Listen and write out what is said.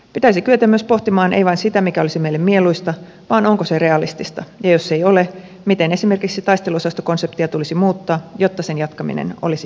pitäisi kyetä myös pohtimaan ei vain sitä mikä olisi meille mieluista vaan sitä onko se realistista ja jos ei ole miten esimerkiksi taisteluosastokonseptia tulisi muuttaa jotta sen jatkaminen olisi järkevää